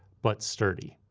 but sturdy.